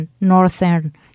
northern